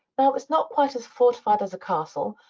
while it was not quite as fortified as a castle,